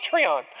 Patreon